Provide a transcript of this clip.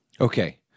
Okay